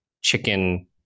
chicken